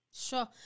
Sure